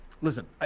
Listen